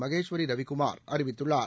மகேஸ்வரி ரவிக்குமார் அறிவித்துள்ளார்